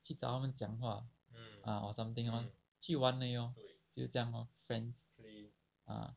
去找他们讲话 ah or something on 去玩而已 loh 就这样 loh friends ah